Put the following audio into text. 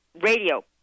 radio